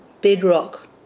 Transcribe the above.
bedrock